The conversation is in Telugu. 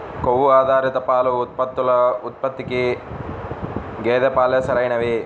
కొవ్వు ఆధారిత పాల ఉత్పత్తుల ఉత్పత్తికి గేదె పాలే సరైనవి